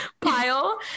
pile